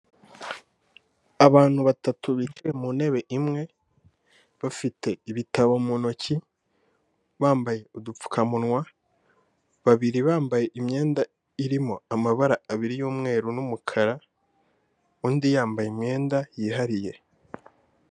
Abantu batatu bicaye mu ntebe imwe bafite ibitabo mu ntoki, bambaye udupfukamunwa, babiri bambaye imyenda irimo amabara abiri y'umweru n'umukara, undi yambaye imyenda yihariye.